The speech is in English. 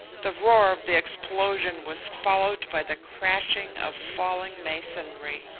the roar of the explosion was followed by the crashing of falling masonry.